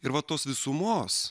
ir va tos visumos